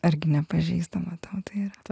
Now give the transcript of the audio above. argi nepažįstama tau tai yra